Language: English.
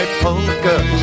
poker